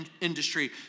industry